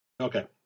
okay